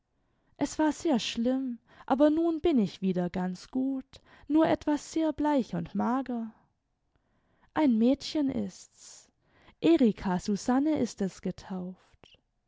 es war sehr schlimm aber nun bin ich wieder ganz gut nur etwas sehr bleich und mager ein mädchen ist's erika susanne ist es getauft